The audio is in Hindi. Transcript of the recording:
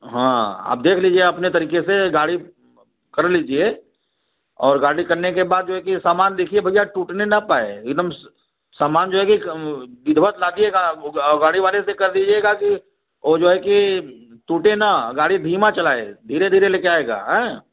हाँ आप देख लीजिए अपने तरीके से गाड़ी अब कर लीजिए और गाड़ी करने के बाद जो है कि सामान देखिए भैया टूटने ना पाए एकदम स सामान जो है कि विधिवत लादिएगा वह गाड़ी वाले से कह दीजिएगा कि ओ जो है कि टूटे ना गाड़ी धीमा चलाए धीरे धीरे लेकर आएगा आएँ